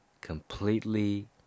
completely